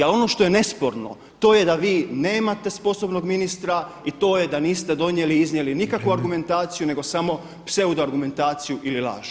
Ali ono što je nesporno to je da vi nemate sposobnog ministra i to je da niste donijeli, iznijeli nikakvu argumentaciju [[Upadica predsjednik: Vrijeme.]] nego samo pseudo argumentaciju ili laž.